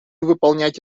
выполнять